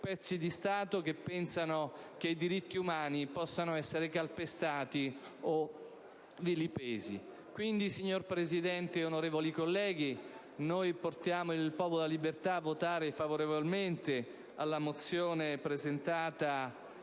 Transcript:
pezzi di Stato che pensino che i diritti umani possano essere calpestati o vilipesi. Quindi, signor Presidente e onorevoli colleghi, portiamo il Popolo della Libertà a votare favorevolmente sulla mozione presentata